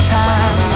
time